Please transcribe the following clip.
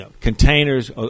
containers